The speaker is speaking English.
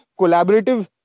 collaborative